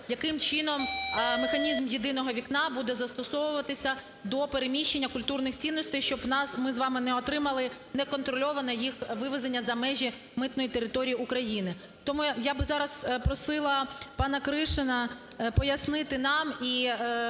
яким чином механізм "єдиного вікна" буде застосовуватися до переміщення культурних цінностей, щоб у нас ми з вами не отримали неконтрольоване їх вивезення за межі митної території України. Тому я би зараз просила пана Кришина пояснити нам і